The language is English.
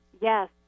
Yes